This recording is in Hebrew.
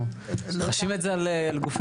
אנחנו חשים את זה על גופנו.